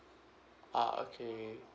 ah okay